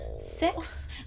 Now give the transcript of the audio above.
Six